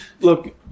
look